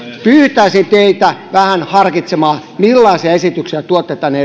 pyytäisin teitä vähän harkitsemaan millaisia esityksiä tuotte tänne